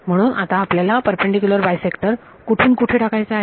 म्हणून आता आपल्याला परपेंडीक्यूलर बायसेक्टर कुठून कुठे टाकायचा आहे